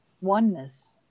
oneness